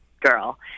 girl